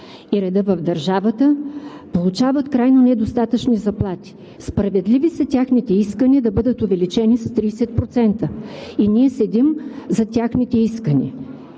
и реда в държавата, получават крайно недостатъчни заплати. Справедливи са техните искания да бъдат увеличени с 30% и ние седим зад техните искания.